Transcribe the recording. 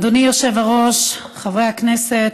אדוני היושב-ראש, חברי הכנסת,